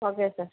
okay sir